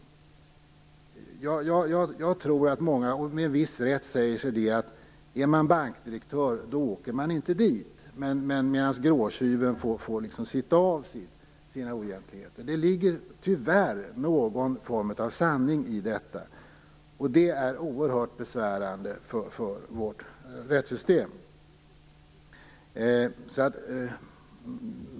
Jag tror att många med viss rätt säger sig att bankdirektören inte åker dit, medan gråtjyven får sitta av straffet för sina oegentligheter. Det ligger tyvärr någon form av sanning i detta. Det är oerhört besvärande för vårt rättssystem.